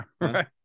right